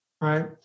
right